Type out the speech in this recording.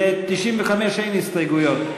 לסעיף 95 אין הסתייגויות.